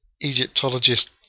Egyptologist